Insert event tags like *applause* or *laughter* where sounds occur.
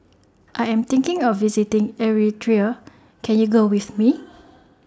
I Am thinking of visiting Eritrea Can YOU Go with Me *noise*